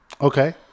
Okay